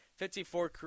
54